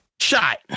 shot